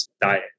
diet